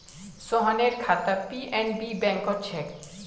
सोहनेर खाता पी.एन.बी बैंकत छेक